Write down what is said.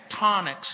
tectonics